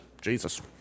Jesus